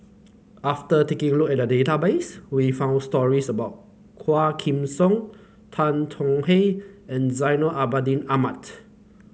after taking a look at the database we found stories about Quah Kim Song Tan Tong Hye and Zainal Abidin Ahmad